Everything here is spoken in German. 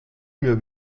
mir